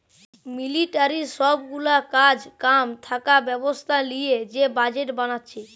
মিলিটারির সব গুলা কাজ কাম থাকা ব্যবস্থা লিয়ে যে বাজেট বানাচ্ছে